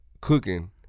cooking